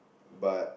but